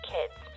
Kids